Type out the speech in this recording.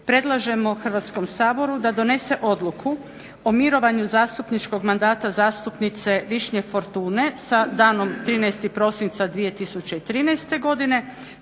predlažemo Hrvatskom saboru da donese odluku o mirovanju zastupničkog mandata zastupnice Višnje Fortune sa danom 13.prosinca 2013.godine